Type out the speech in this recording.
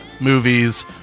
movies